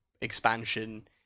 expansion